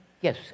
Yes